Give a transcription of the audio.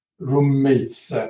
roommates